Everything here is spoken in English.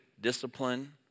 discipline